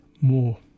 more